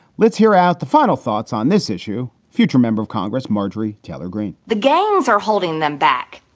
let's hear out the final thoughts on this issue. future member of congress marjorie taylor green the gangs are holding them back.